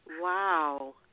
Wow